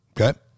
Okay